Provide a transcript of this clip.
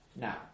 Now